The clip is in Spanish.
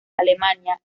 alemania